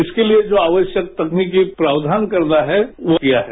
इसके लिए जो आवश्यक तकनीकी प्रावधान करना है वो किया है